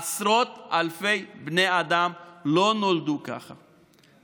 עשרות אלפי בני אדם לא נולדו ככה,